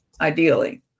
ideally